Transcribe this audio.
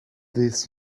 this